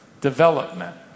development